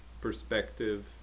perspective